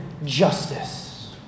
Justice